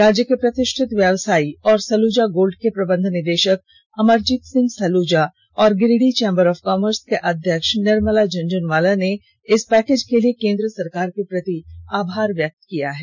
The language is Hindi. राज्य के प्रतिष्ठित व्यवसायी और सलूजा गोल्ड के प्रबंध निदेषक अमरजीत सिंह सलूजा और गिरिडीह चैम्बर ऑफ कॉमर्स के अध्यक्ष निर्मला झुनझुनवाला ने इस पैकेज के लिए केंद्र सरकार के प्रति आभार व्यक्त किया है